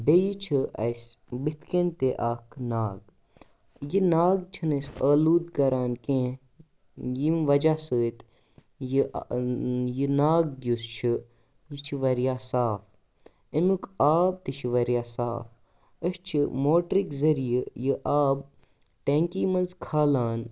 بیٚیہِ چھِ اَسہِ بُتھِ کٔنۍ تہِ اَکھ ناگ یہِ ناگ چھِ نہٕ أسۍ آلوٗد کَران کیٚنٛہہ ییٚمہِ وَجہ سۭتۍ یہِ یہِ ناگ یُس چھُ یہِ چھُ واریاہ صاف امیُک آب تہِ چھُ واریاہ صاف أسۍ چھِ موٹرٕکۍ ذٔریعہٕ یہِ آب ٹٮ۪نٛکی منٛز کھالان